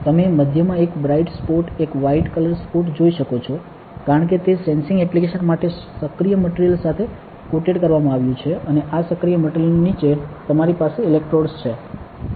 તમે મધ્યમાં એક બ્રાઇટ સ્પોટ એક વ્હાઇટ કલર સ્પોટ જોઈ શકો છો કારણ કે તે સેન્સિંગ એપ્લિકેશન માટે સક્રિય મટિરિયલ સાથે કોટેડ કરવામાં આવ્યું છે અને આ સક્રિય મટિરિયલ ની નીચે તમારી પાસે ઇલેક્ટ્રોડ્સ છે